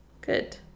Good